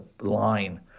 line